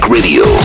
Radio